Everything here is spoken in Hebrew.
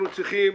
אנחנו צריכים,